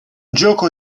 gioco